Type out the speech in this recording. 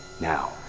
Now